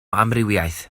amrywiaeth